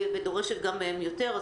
היא דורשת גם מהם יותר.